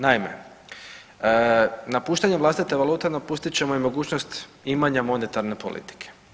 Naime, napuštanje vlastite valute napustit ćemo i mogućnost imanja monetarne politike.